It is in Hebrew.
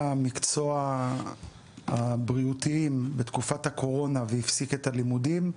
המקצוע הבריאותיים בתקופת הקורונה והפסיק את הלימודים,